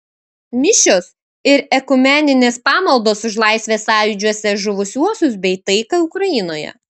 mišios ir ekumeninės pamaldos už laisvės sąjūdžiuose žuvusiuosius bei taiką ukrainoje